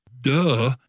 Duh